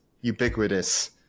Ubiquitous